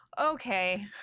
Okay